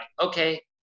okay